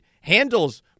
handles